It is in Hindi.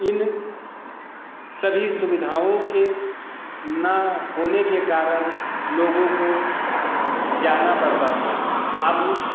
इन सभी सुविधाओं के न होने के कारण लोगों को जाना पड़ता था अब